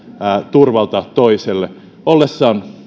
turvalta toiselle ollessaan